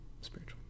spiritual